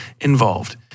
involved